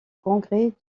congrès